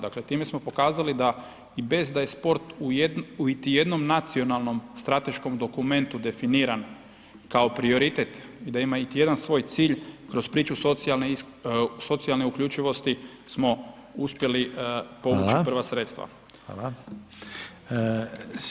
Dakle, time smo pokazali da i bez da je sport u iti jednom nacionalnom strateškom dokumentu definiran kao prioritet i da ima iti jedan svoj cilj kroz priču socijalne uključivosti smo uspjeli povući prva sredstva.